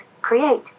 create